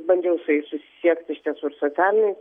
bandžiau su jais susisiekt iš tiesų ir socialiniai